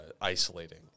isolating